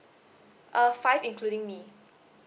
uh five including me